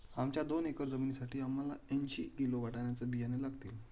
आमच्या दोन एकर जमिनीसाठी आम्हाला ऐंशी किलो वाटाण्याचे बियाणे लागतील